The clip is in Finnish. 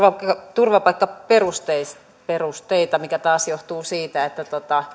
turvapaikkaperusteita mikä taas johtuu siitä että